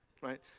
right